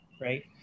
right